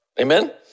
Amen